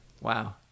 Wow